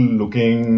looking